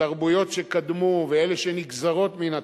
התרבויות שקדמו ואלה שנגזרות מן התנ"ך,